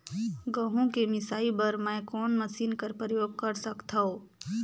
गहूं के मिसाई बर मै कोन मशीन कर प्रयोग कर सकधव?